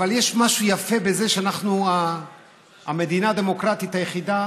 יש משהו יפה בזה שאנחנו המדינה הדמוקרטית היחידה